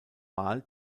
wahl